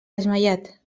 desmaiat